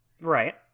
Right